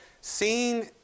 seen